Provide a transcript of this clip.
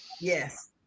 yes